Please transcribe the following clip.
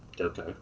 okay